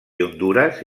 hondures